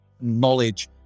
knowledge